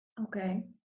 Okay